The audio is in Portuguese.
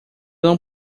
não